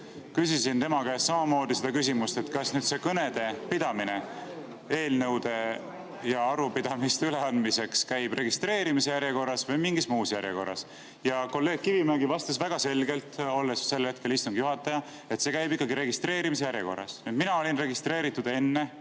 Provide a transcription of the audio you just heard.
küsisin tema käest samamoodi, kas see kõnede pidamine eelnõude ja arupidamiste üleandmiseks käib registreerimise järjekorras või mingis muus järjekorras. Kolleeg Kivimägi vastas väga selgelt, olles sel hetkel istungi juhataja, et see käib ikkagi registreerimise järjekorras. Mina olin registreeritud enne